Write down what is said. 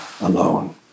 alone